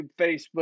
Facebook